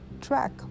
track